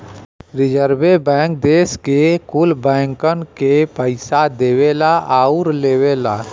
रीजर्वे bank देस के कुल बैंकन के पइसा देवला आउर लेवला